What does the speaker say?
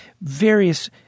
various